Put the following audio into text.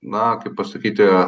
na kaip pasakyti